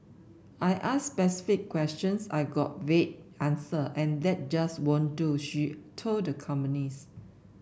I asked specific questions I got vague answer and that just won't do she told the companies